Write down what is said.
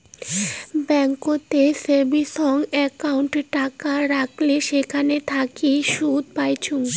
ব্যাংকোতের savings account টাকা রাখলে সেখান থাকি সুদ পাইচুঙ